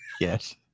yes